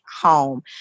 home